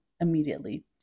immediately